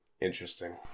interesting